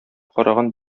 караган